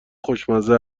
خوشمزه